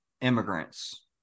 immigrants